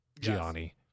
Gianni